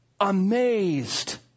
amazed